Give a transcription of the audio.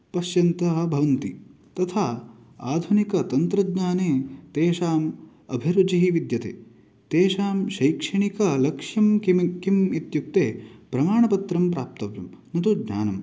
पश्यन्तः भवन्ति तथा आधुनिकतन्त्रज्ञाने तेषाम् अभिरुचिः विद्यते तेषां शैक्षणिकलक्ष्यं किम् किम् इत्युक्ते प्रमाणपत्रं प्राप्तव्यं न तु ज्ञानम्